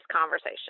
conversation